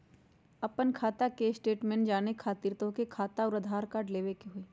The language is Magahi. आपन खाता के स्टेटमेंट जाने खातिर तोहके खाता अऊर आधार कार्ड लबे के होइ?